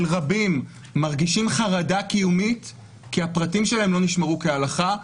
רבים מרגישים חרדה קיומית כי הפרטים שלהם לא נשמרו כהלכה,